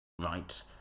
right